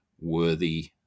worthy